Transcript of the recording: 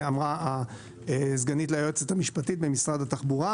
אמרה הסגנית ליועצת המשפטית במשרד התחבורה,